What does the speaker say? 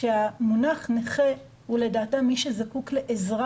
שהמונח נכה הוא לדעתה מי שזקוק לעזרה